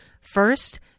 First